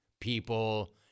people